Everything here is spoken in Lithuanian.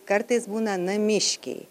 kartais būna namiškiai